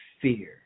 fear